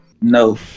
No